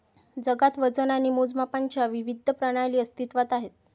जगात वजन आणि मोजमापांच्या विविध प्रणाली अस्तित्त्वात आहेत